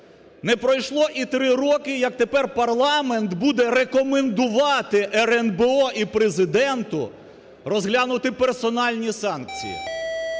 Не пройшло і три роки, як тепер парламент буде рекомендувати РНБО і Президенту розглянути персональні санкції.